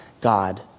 God